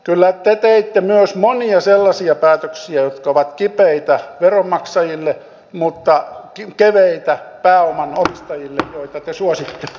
kyllä te teitte myös monia sellaisia päätöksiä jotka ovat kipeitä veronmaksajille mutta keveitä pääoman omistajille joita te suositte